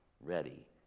ready